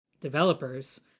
developers